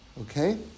Okay